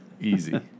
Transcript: Easy